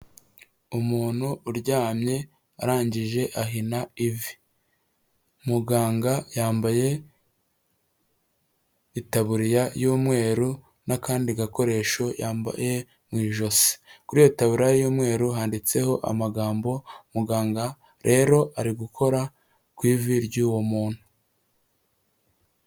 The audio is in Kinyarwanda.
Umuntu uryamye arangije ahina ivi, muganga yambaye itaburiya y'umweru n'akandi gakoresho yambaye mu ijosi, kuri iyo taburiya y'umweru handitseho amagambo, muganga rero ari gukora ku ivi ry'uwo muntu.